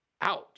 ouch